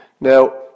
Now